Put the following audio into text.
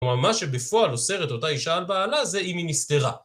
כלומר מה שבפועל אוסר את אותה אישה על בעלה זה אם היא נסתרה